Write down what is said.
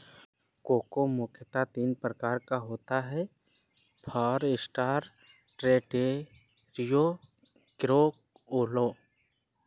cocoa मुख्यतः तीन प्रकार का होता है फारास्टर, ट्रिनिटेरियो, क्रिओलो